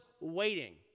waiting